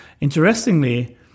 Interestingly